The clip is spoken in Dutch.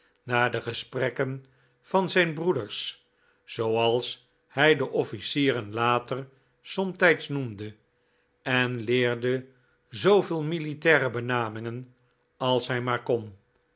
naar de gesprekken van zijn broeders zooals hij de offlcieren later somtijds noemde en leerde zooveel militaire benamingen als hij maar kon